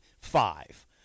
five